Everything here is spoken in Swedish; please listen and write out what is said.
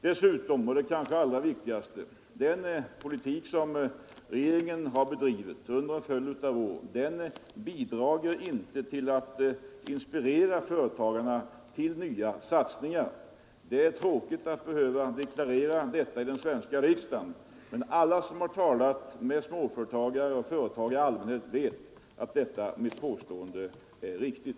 Dessutom — och det är kanske det allra viktigaste — bidrar den politik som regeringen har bedrivit under en följd av år inte till att inspirera företagarna till nya satsningar. Det är tråkigt att behöva deklarera detta i den svenska riksdagen, men alla som har talat med småföretagare och med företagare i allmänhet vet att detta mitt påstående är riktigt.